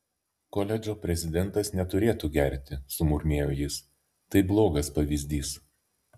koledžo prezidentas neturėtų gerti sumurmėjo jis tai blogas pavyzdys